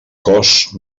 cos